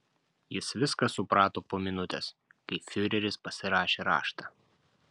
jis viską suprato po minutės kai fiureris pasirašė raštą